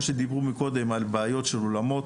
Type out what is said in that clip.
דובר קודם על בעיות של אולמות